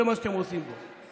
זה מה שאתם עושים פה.